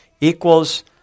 equals